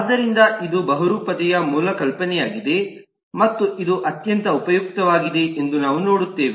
ಆದ್ದರಿಂದ ಇದು ಬಹುರೂಪತೆಯ ಮೂಲ ಕಲ್ಪನೆಯಾಗಿದೆ ಮತ್ತು ಇದು ಅತ್ಯಂತ ಉಪಯುಕ್ತವಾಗಿದೆ ಎಂದು ನಾವು ನೋಡುತ್ತೇವೆ